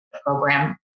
program